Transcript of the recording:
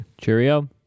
Cheerio